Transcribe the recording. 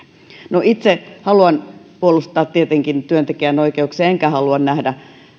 itse haluan tietenkin puolustaa työntekijän oikeuksia enkä halua nähdä